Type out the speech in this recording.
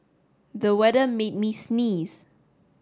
the weather made made me sneeze